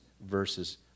verses